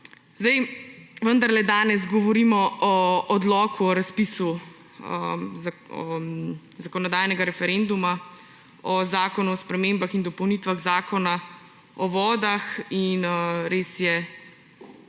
Danes vendarle govorimo o Odloku o razpisu zakonodajnega referenduma o Zakonu o spremembah in dopolnitvah Zakona o vodah. Res je,